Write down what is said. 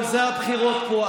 על זה הבחירות פה.